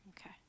Okay